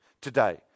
today